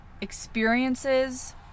experiences